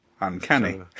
Uncanny